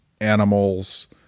animals